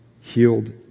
Healed